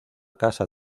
casa